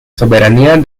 soberanía